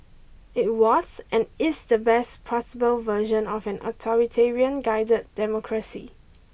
it was and is the best possible version of an authoritarian guided democracy